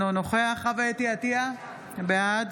אינו נוכח חוה אתי עטייה, בעד